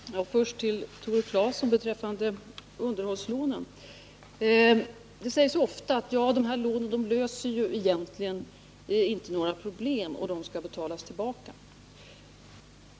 Herr talman! Först några ord till Tore Claeson beträffande underhållslånen: Det framhålls ofta att dessa lån egentligen inte löser några problem och att de skall betalas tillbaka.